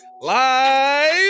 Live